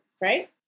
right